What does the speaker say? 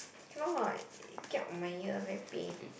cannot it kiap my ear very pain